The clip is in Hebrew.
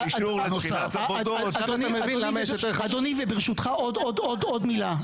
אדוני וברשותך עוד מילה.